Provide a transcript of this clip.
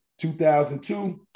2002